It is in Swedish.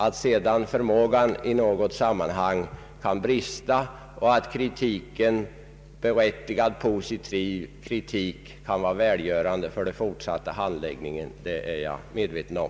Att sedan förmågan i något sammanhang kan brista, och att kritik — berättigad och positiv — kan vara välgörande för den fortsatta handläggningen, det är jag medveten om.